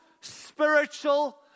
spiritual